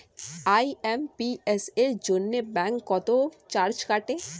IMPS এর জন্য bank কত চার্জ কাটে?